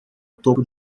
topo